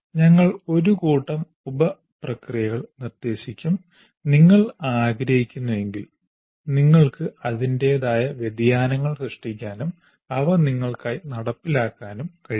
ഞങ്ങൾ ഒരു കൂട്ടം ഉപ പ്രോസസ്സുകൾ നിർദ്ദേശിക്കും നിങ്ങൾ ആഗ്രഹിക്കുന്നുവെങ്കിൽ നിങ്ങൾക്ക് അതിന്റേതായ വ്യതിയാനങ്ങൾ സൃഷ്ടിക്കാനും അവ നിങ്ങൾക്കായി നടപ്പിലാക്കാനും കഴിയും